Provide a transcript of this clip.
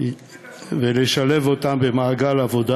ולשלב אותם במעגל העבודה,